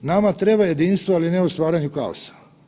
Nama treba jedinstvo, ali ne u stvaranju kaosa.